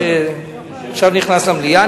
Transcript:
שעכשיו נכנס למליאה,